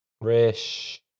Rish